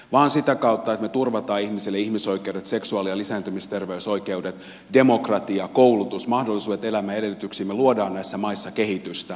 vain sitä kautta että me turvaamme ihmisille ihmisoikeudet seksuaali ja lisääntymisterveysoikeudet demokratian koulutuksen mahdollisuudet elämän edellytyksiin me luomme näissä maissa kehitystä